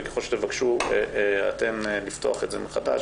וככל שתבקשו אתן לפתוח את זה מחדש,